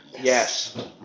Yes